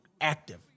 active